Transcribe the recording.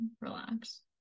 relax